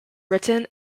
written